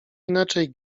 inaczej